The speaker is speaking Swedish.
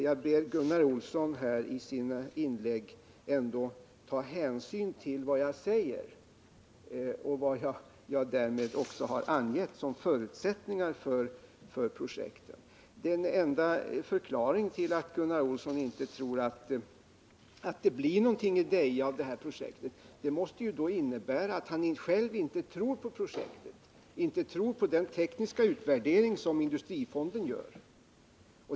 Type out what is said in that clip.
Jag ber Gunnar Olsson ta hänsyn till vad jag anfört i det här avseendet och vad jag därmed också har angett som förutsättningar för projektet. Den enda förklaring till att Gunnar Olsson inte tror att det blir till någonting med det här projektet i Deje måste ju vara att han själv inte tror på projektet och på den tekniska utvärdering som industrifonden gör.